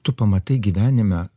tu pamatai gyvenime